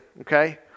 okay